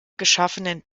geschaffenen